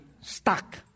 Stuck